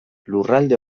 lurralde